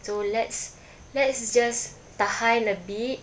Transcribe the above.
so let's let's just tahan a bit